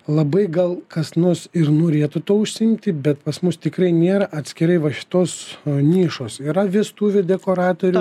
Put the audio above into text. labai gal kas nors ir norėtų tuo užsiimti bet pas mus tikrai nėra atskirai va šitos nišos yra vestuvių dekoratorių